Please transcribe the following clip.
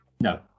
No